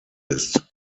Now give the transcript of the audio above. ist